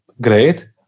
great